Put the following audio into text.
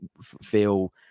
feel